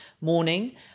morning